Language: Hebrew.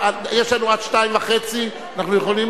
יש מי שמנסה לעשות את המאבק הנדרש כל כך למען זכויות